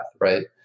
right